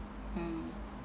mm